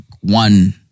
one